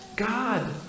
God